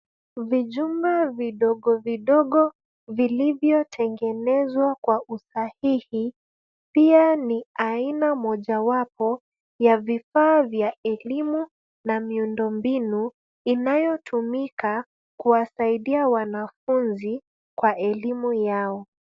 Vijumba vidogo vidogo, vilivyotengenezwa kwa usahihi, pia ni aina mojawapo, ya vifaa vya elimu na miundombinu, inayotumika kuwasaidia wanafunzi kwa elimu yao.